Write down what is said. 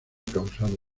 causado